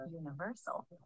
universal